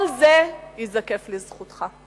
כל זה ייזקף לזכותך.